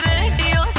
Radio